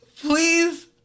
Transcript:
Please